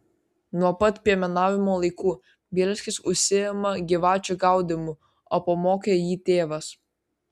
nuo pat piemenavimo laikų bielskis užsiima gyvačių gaudymu o pamokė jį tėvas